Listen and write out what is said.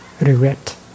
regret